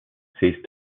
ceased